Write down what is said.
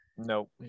Nope